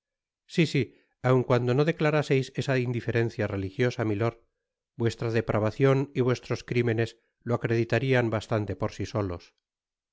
si si aun cuando no declaraseis esa indiferencia religiosa milord vuestra depravacion y vuestros crimenes lo acreditarian bastante por si solos